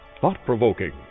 thought-provoking